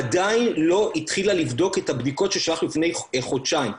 עדיין לא התחילה לבדוק את הבדיקות ששלחנו להם לפני חודשיים,